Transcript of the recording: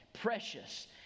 precious